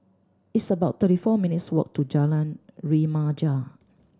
it's about thirty four minutes' walk to Jalan Remaja